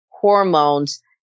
hormones